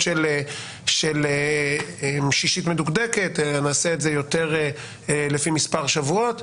של שישית מדוקדקת אלא נעשה את זה יותר לפי מספר שבועות,